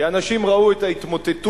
כי אנשים ראו את ההתמוטטות